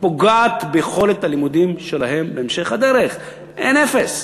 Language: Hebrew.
פוגעת ביכולת הלימודים שלהם בהמשך הדרך, אין אפס.